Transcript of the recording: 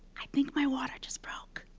i think my water just broke.